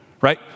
Right